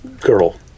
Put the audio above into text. girl